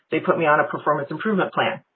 they put me on a performance improvement plan.